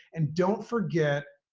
and don't forget,